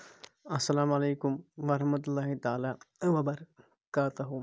السلام علیکم ورحمۃ اللہ تالہ وبرکاتہ